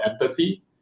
empathy